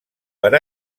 per